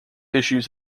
issues